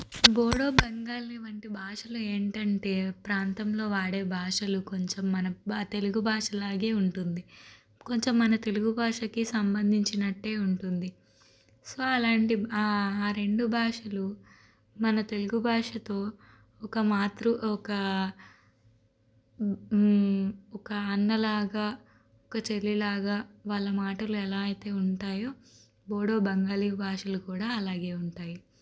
బోడో బెంగాలీ వంటి భాషలు ఏంటంటే ప్రాంతంలో వాడే భాషలు కొంచెం మన తెలుగు భాషలాగే ఉంటుంది కొంచెం మన తెలుగు భాషకి సంబంధించినట్టే ఉంటుంది సో అలాంటి ఆ రెండు భాషలు మన తెలుగు భాషతో ఒక మాతృ ఒక ఒక అన్న లాగా ఒక చెల్లి లాగా వాళ్ళ మాటలు ఎలా అయితే ఉంటాయో బోడో బెంగాలీ భాషలు కూడా అలాగే ఉంటాయి